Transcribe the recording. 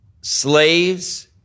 slaves